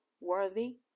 worthy